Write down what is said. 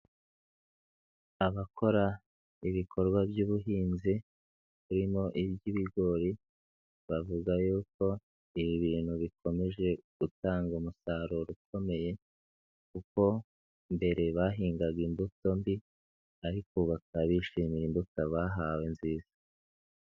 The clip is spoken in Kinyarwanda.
Abakora ibikorwa by'ubuhinzi, birimo iby'ibigori, bavuga yuko ibi bintu bikomeje gutanga umusaruro ukomeye kuko mbere bahingaga imbuto mbi, ariko bakaba bishimira imbuto bahawe nziza.